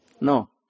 no